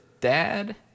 Dad